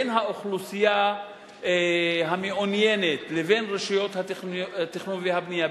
בין האוכלוסייה המעוניינת לבין רשויות התכנון והבנייה,